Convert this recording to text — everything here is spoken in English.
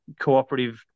cooperative